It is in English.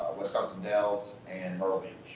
wisconsin dells, and myrtle